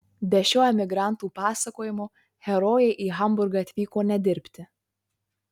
bet šio emigrantų pasakojimo herojė į hamburgą atvyko ne dirbti